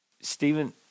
Stephen